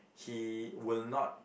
he will not